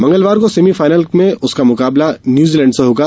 मंगलवार को सेमीफाइल में उसका मुकाबला न्यूजीलैंड से होगा